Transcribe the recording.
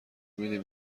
میدین